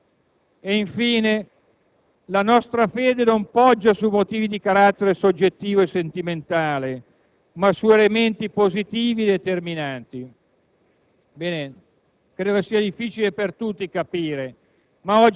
seguente: «Il mio lavoro sta producendo ogni giorno frutti e sono certo che ne darà in futuro». La terza frase dice: «Ci aspettano progetti importanti, che responsabilmente abbiamo avviato